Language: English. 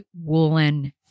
woolen